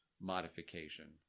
modification